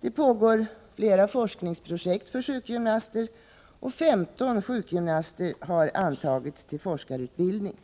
Det pågår flera forskningsprojekt för sjukgymnaster, och 15 sjukgymnaster har antagits till forskarutbildning. På